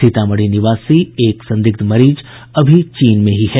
सीतामढ़ी निवासी संदिग्ध मरीज अभी चीन में ही है